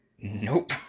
Nope